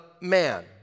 Man